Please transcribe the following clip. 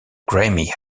grammy